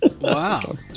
wow